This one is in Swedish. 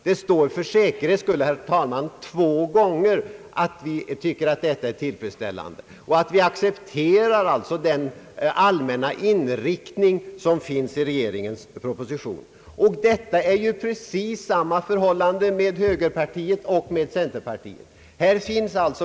Det står för säkerhets skull, herr talman, två gånger att vi tycker detta är tillfredsställande och att vi alltså accepterar den allmänna inriktningen i re geringens proposition. Det är precis samma förhållande med högerpartiet och centerpartiet.